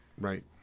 right